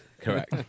Correct